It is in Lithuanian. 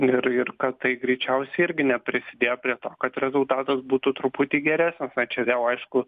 ir ir kad tai greičiausiai irgi neprisidėjo prie to kad rezultatas būtų truputį geresnis na čia vėl aišku